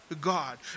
God